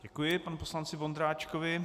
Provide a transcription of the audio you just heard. Děkuji panu poslanci Vondráčkovi.